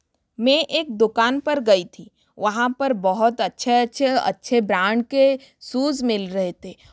मैं एक दुकान पर गई थी वहाँ पर बहुत अच्छे अच्छे अच्छे ब्रांड के सूज़ मिल रहे थे